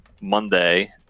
Monday